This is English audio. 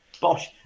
Bosh